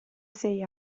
sei